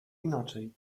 inaczej